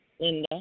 Linda